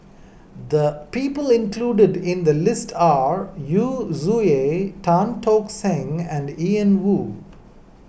the people included in the list are Yu Zhuye Tan Tock Seng and Ian Woo